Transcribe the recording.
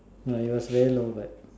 no it was very low but